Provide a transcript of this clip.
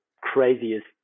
craziest